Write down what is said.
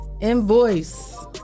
Invoice